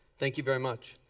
thank you very much.